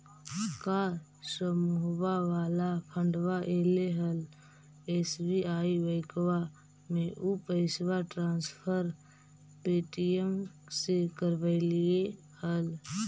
का समुहवा वाला फंडवा ऐले हल एस.बी.आई बैंकवा मे ऊ पैसवा ट्रांसफर पे.टी.एम से करवैलीऐ हल?